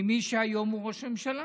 של מי שהיום הוא ראש ממשלה